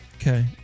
Okay